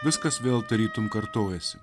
viskas vėl tarytum kartojasi